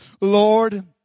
Lord